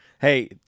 Hey